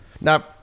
Now